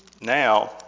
Now